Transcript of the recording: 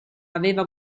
aveva